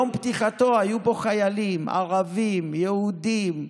ביום פתיחתו היו בו חיילים, ערבים, יהודים,